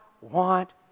want